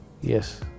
Yes